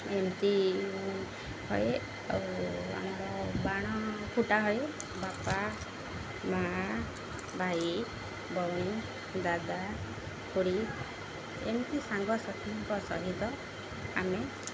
ଏମିତି ହୁଏ ଆଉ ଆମ ବାଣ ଫୁଟା ହୁଏ ବାପା ମାଆ ଭାଇ ବୋଉ ଦାଦା ଖୁଡ଼ି ଏମିତି ସାଙ୍ଗସାଥିଙ୍କ ସହିତ ଆମେ